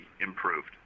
improved